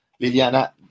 Liliana